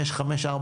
יש 549,